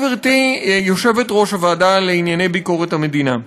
גברתי יושבת-ראש הוועדה לענייני ביקורת המדינה,